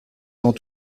quand